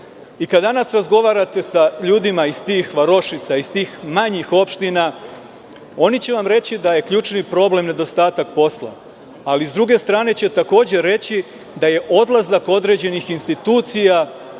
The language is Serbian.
danas razgovarate sa ljudima iz tih varošica, iz tih manjih opština, oni će vam reći da je ključni problem nedostatak posla. Sa druge strane, takođe će reći da je odlazak određenih institucija